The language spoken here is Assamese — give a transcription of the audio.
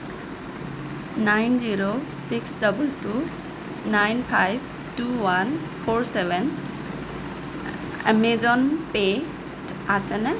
nine zero six double two nine five two one four seven Amazon পে'ত আছেনে